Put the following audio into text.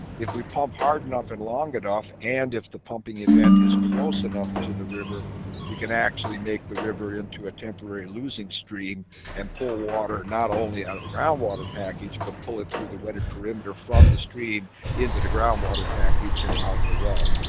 if we pump hard enough and long enough and if the pumping event is close enough to the river we can actually make the river into a temporary losing stream and pull water not only out of the groundwater package but pull it through the wetted perimeter from the stream into the groundwater package and out the well.